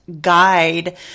guide